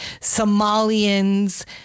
Somalians